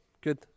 Good